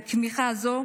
לתמיכה הזו,